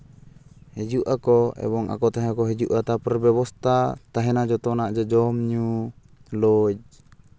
ᱦᱤᱡᱩᱜ ᱟᱠᱚ ᱮᱵᱚᱝ ᱟᱠᱚ ᱛᱮᱦᱚᱸ ᱠᱚ ᱦᱤᱡᱩᱜᱼᱟ ᱛᱟᱨᱯᱚᱨᱮ ᱵᱮᱵᱚᱥᱛᱷᱟ ᱛᱟᱦᱮᱱᱟ ᱡᱚᱛᱚᱱᱟᱜ ᱜᱮ ᱡᱚᱢᱼᱧᱩ ᱞᱚᱡᱽ